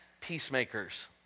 peacemakers